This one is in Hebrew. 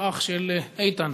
הוא אח של איתן,